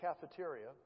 cafeteria